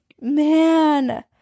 Man